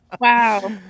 Wow